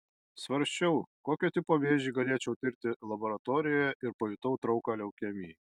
svarsčiau kokio tipo vėžį galėčiau tirti laboratorijoje ir pajutau trauką leukemijai